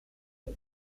une